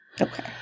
Okay